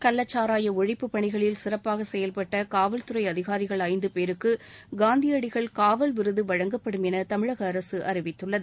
கள்ளச்சாராய ஒழிப்புப் பணிகளில் சிறப்பாக செயல்பட்ட காவல்துறை அதிகாரிகள் ஐந்து பேருக்கு காந்தியடிகள் காவல் விருது வழங்கப்படும் என தமிழக அரசு அறிவித்துள்ளது